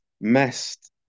messed